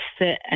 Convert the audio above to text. sit